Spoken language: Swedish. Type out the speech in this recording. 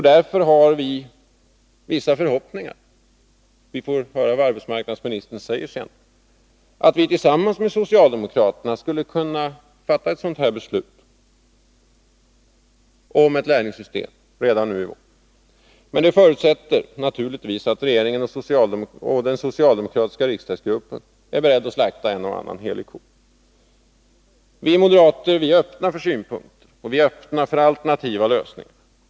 Därför har vi inom moderata samlingspartiet vissa förhoppningar — vi får höra vad arbetsmarknadsministern säger — att vi tillsammans med socialdemokraterna skulle kunna fatta beslut om lärlingsutbildning redan i vår. Men det är under förutsättning att regeringen och den socialdemokratiska riksdagsgruppen är beredda att slakta en och annan helig ko. Vi moderater är öppna för synpunkter och alternativa lösningar.